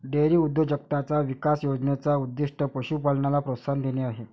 dairy उद्योजकताचा विकास योजने चा उद्दीष्ट पशु पालनाला प्रोत्साहन देणे आहे